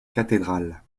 cathédral